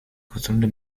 gesunde